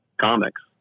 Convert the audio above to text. comics